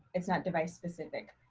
it's not device specific.